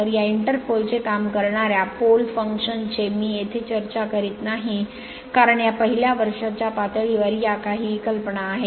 तर या इंटर पोलचे काम करणार्या पोल फंक्शन चे मी येथे चर्चा करीत नाही कारण या पहिल्या वर्षाच्या पातळीवर या काही कल्पना आहेत